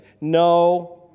No